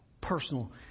Personal